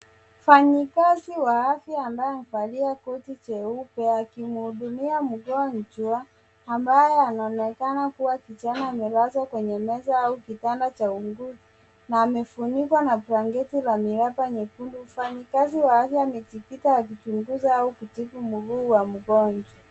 Mfanyikazi wa afya ambaye amevalia koti jeupe akimhudumia mgonjwa ambaye anaonekana kuwa kijana amelazwa kwenye meza au kitanda cha wauguzi na amefunikwa na blanketi la miraba miekundu. Mfanyikazi wa afya amejikita akichunguza au kutibu mguu wa mgonjwa.